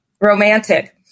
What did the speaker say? romantic